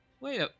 wait